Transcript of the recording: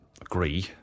agree